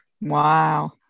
Wow